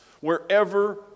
Wherever